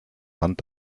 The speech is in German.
wand